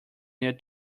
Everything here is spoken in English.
near